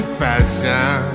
fashion